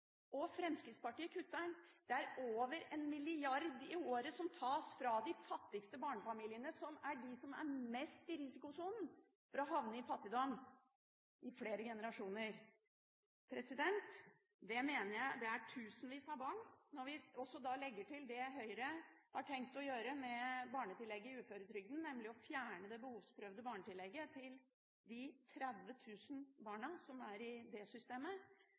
den, Fremskrittspartiet kutter den. Over 1 mrd. kr i året tas fra de fattigste barnefamiliene, de som er mest i risikosonen for å havne i fattigdom i flere generasjoner. Det mener jeg! Det er tusenvis av barn. Når vi også legger til det Høyre har tenkt å gjøre med barnetillegget i uføretrygden, nemlig å fjerne det behovsprøvde barnetillegget til de 30 000 barna som er i det systemet,